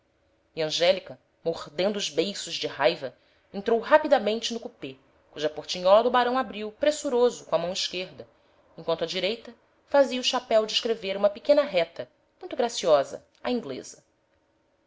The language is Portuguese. angélica mordendo os beiços de raiva entrou rapidamente no coupé cuja portinhola o barão abriu pressuroso com a mão esquerda enquanto a direita fazia o chapéu descrever uma pequena reta muito graciosa à inglesa